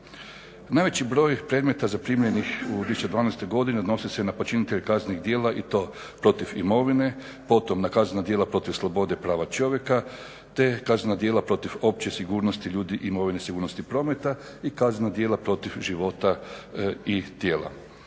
Najveći broj predmeta zaprimljenih u 2012.godini odnosi se na počinitelje kaznenih djela i to protiv imovine, potom na kaznena djela protiv slobode i prava čovjeka, te kaznena djela protiv opće sigurnosti ljudi i imovine sigurnosnih prometa i kaznena djela protiv života i tijela.